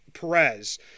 Perez